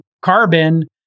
carbon